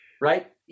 Right